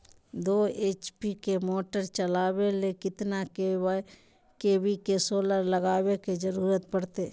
दो एच.पी के मोटर चलावे ले कितना के.वी के सोलर लगावे के जरूरत पड़ते?